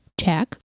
check